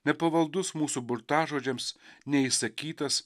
nepavaldus mūsų burtažodžiams neįsakytas